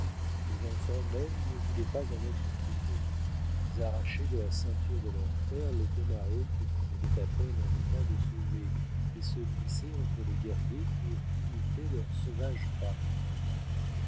les enfants même ne voulaient pas en être privés ils arrachaient de la ceinture de leurs pères les tomahawks qu'ils étaient à peine en état de soulever et se glissaient entre les guerriers pour imiter leurs sauvages parents